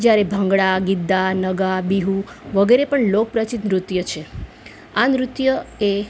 જ્યારે ભાંગડા ગીદ્દા નગા બિહુ વગેરે પણ લોક પ્રચલિત નૃત્ય છે આ નૃત્ય એ